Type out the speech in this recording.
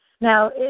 Now